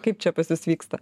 kaip čia pas jus vyksta